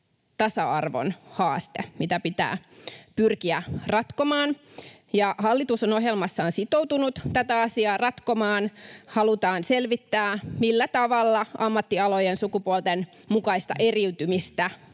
tasa-arvon haaste, mitä pitää pyrkiä ratkomaan. Hallitus on ohjelmassaan sitoutunut tätä asiaa ratkomaan. Halutaan selvittää, millä tavalla ammattialojen sukupuolten mukaista eriytymistä